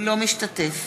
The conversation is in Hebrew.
משתתף